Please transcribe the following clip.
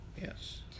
Yes